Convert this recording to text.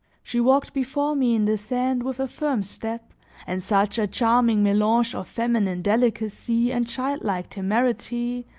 she walked before me in the sand with a firm step and such a charming melange of feminine delicacy and childlike temerity,